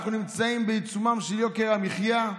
אנחנו נמצאים בעיצומם של יוקר המחיה,